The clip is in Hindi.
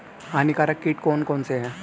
हानिकारक कीट कौन कौन से हैं?